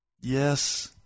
yes